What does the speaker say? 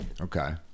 Okay